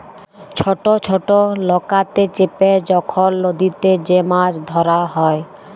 ছট ছট লকাতে চেপে যখল লদীতে যে মাছ ধ্যরা হ্যয়